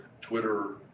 Twitter